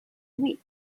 wait